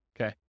Okay